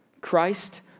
Christ